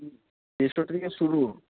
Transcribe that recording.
দেড়শো থেকে শুরু